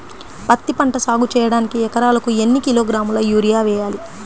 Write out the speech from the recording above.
పత్తిపంట సాగు చేయడానికి ఎకరాలకు ఎన్ని కిలోగ్రాముల యూరియా వేయాలి?